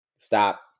Stop